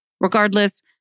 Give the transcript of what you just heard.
Regardless